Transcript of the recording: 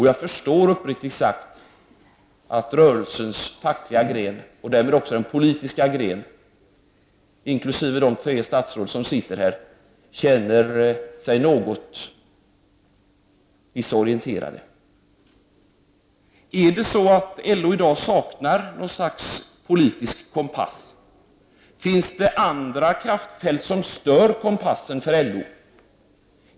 Jag förstår uppriktigt sagt att rörelsens fackliga gren, och därmed också den politiska grenen, inkl. de tre statsråd som sitter här, känner sig något desorienterade. Är det så att LO i dag saknar en politisk kompass? Finns det andra kraftfält som stör kompassen för LO?